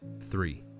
Three